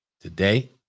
today